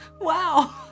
Wow